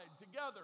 together